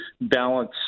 balance